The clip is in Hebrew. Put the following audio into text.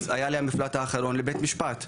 אז היה לי המפלט האחרון לבית משפט,